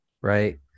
right